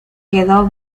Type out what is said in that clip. quedó